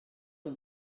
ton